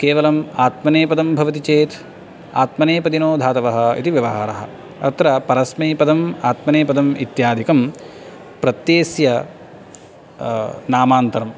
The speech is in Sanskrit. केवलं आत्मनेपदं भवति चेत् आत्मनेपदिनोधातवः इति व्यवहारः अत्र परस्मैपदम् आत्मनेपदम् इत्यादिकं प्रत्ययस्य नामान्तरम्